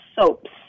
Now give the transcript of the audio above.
soaps